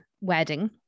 wedding